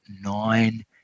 nine